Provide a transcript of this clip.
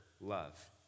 love